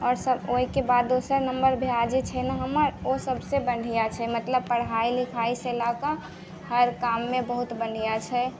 आओर सब ओहिके बाद दोसर नम्बर भाइ जे छै ने हमर ओ सबसँ बढ़िआँ छै मतलब पढ़ाइ लिखाइसँ लऽ कऽ हर काममे बहुत बढ़िआँ छै